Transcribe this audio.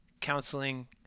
counseling